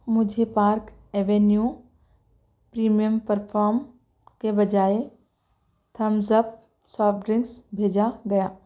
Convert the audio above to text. مجھے Park Avenue premium perfume کے بجائے تھمز اپ سافٹ ڈرنک بھیجا گیا